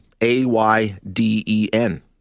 A-Y-D-E-N